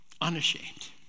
Unashamed